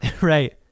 Right